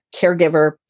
caregiver